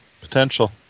potential